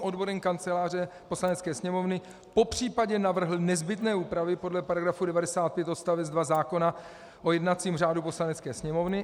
odborem Kanceláře Poslanecké sněmovny popřípadě navrhl nezbytné úpravy podle § 95 odst. 2 zákona o jednacím řádu Poslanecké sněmovny,